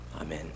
Amen